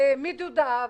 מדודה,